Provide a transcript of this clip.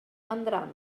vendran